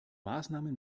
maßnahmen